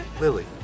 Lily